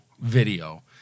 video